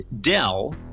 Dell